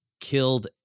killed